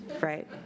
right